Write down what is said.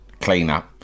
cleanup